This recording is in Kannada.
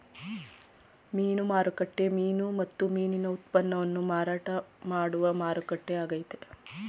ಮೀನು ಮಾರುಕಟ್ಟೆ ಮೀನು ಮತ್ತು ಮೀನಿನ ಉತ್ಪನ್ನವನ್ನು ಮಾರಾಟ ಮಾಡುವ ಮಾರುಕಟ್ಟೆ ಆಗೈತೆ